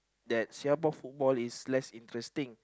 that Singapore football is less interesting